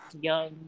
young